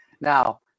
Now